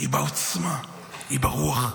היא בעוצמה, היא ברוח.